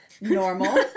normal